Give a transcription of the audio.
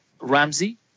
Ramsey